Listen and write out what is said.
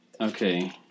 Okay